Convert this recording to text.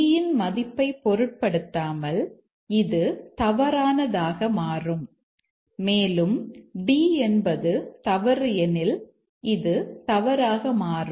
b இன் மதிப்பைப் பொருட்படுத்தாமல் இது தவறானதாக மாறும் மேலும் d என்பது தவறு எனில் இது தவறாக மாறும்